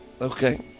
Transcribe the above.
Okay